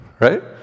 Right